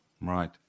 Right